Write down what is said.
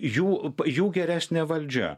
jų jų geresnė valdžia